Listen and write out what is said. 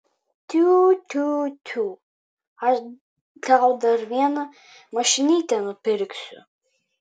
tiu tiu tiū aš tau dar vieną mašinytę nupirksiu